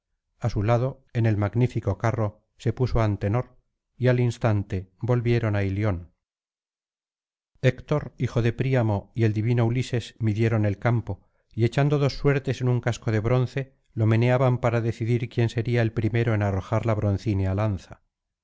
á su lado en el magnífico carro se puso antenor y al instante volvieron a ilión héctor hijo de príamo y el divino ulises midieron el campo y echando dos suertes en un casco de bronce lo meneaban para decidir quién sería el primero en arrojar la broncínea lanza